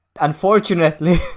Unfortunately